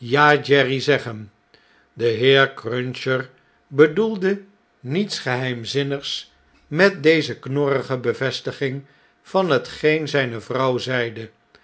jerry zeggen de heer cruncher bedoelde niets geheimzinnigs met deze knorrige bevestiging van hetgeen zjjne vrouw zeide